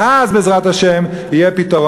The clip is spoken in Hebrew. ואז בעזרת השם יהיה פתרון.